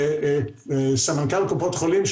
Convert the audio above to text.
של סמנכ"ל קופות החולים,